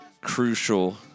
crucial